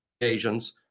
occasions